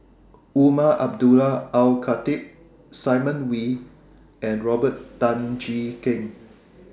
Umar Abdullah Al Khatib Simon Wee and Robert Tan Jee Keng